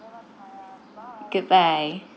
goodbye